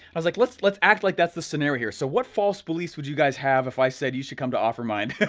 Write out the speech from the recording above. i was like let's let's act like that's the scenario here. so what false beliefs would you guys have if i said you should come to offermind?